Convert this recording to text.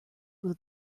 will